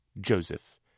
Joseph